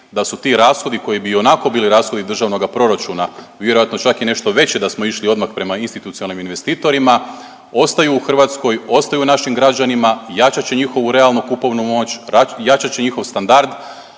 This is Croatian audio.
da su ti rashodi koji bi ionako bili rashodi državnoga proračuna, vjerojatno čak i nešto veći da smo išli odmah prema institucionalnim investitorima ostaju u Hrvatskoj, ostaju našim građanima, jačat će njihovu realnu kupovnu moć, jačat će njihov standard,